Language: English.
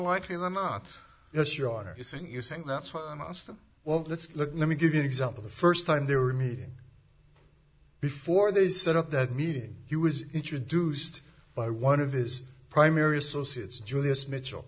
likely than not yes you're on are you saying you think that's what i'm asking well let's look let me give you an example the first time they were meeting before they set up that meeting he was introduced by one of his primary associates julius mitchell